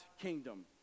kingdom